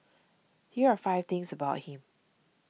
here are five things about him